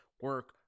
Work